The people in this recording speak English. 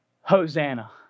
Hosanna